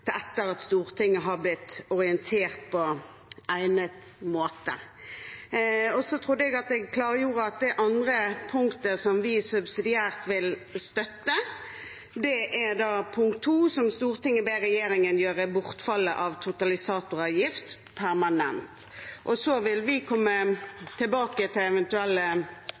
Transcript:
til etter at Stortinget er blitt orientert på egnet måte. Så trodde jeg at jeg klargjorde at det andre punktet som vi subsidiært vil støtte, er II, «Stortinget ber regjeringen gjøre bortfallet av totalisatoravgift permanent». Vi vil komme tilbake til eventuelle